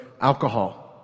alcohol